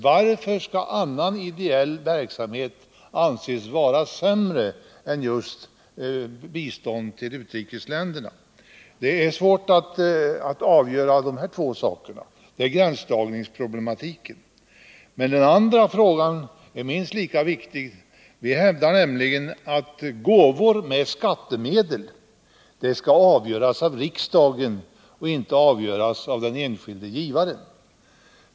Varför skall annan ideell verksamhet anses vara sämre än just biståndet till u-länderna? Det är svårt att avgöra de här två sakerna som rör gränsdragningsproblematiken. Men den senare frågan är minst lika viktig som den första. Vi hävdar nämligen att gåvor av skattemedel är någonting som skall avgöras av riksdagen, inte av den enskilde givaren.